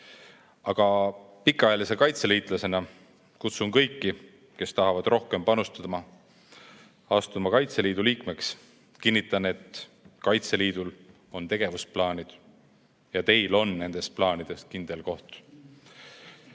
Aga pikaajalise kaitseliitlasena kutsun kõiki, kes tahavad rohkem panustada, astuma Kaitseliidu liikmeks. Kinnitan, et Kaitseliidul on tegevusplaanid ja teil on nendes plaanides kindel koht.